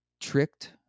tricked